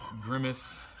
Grimace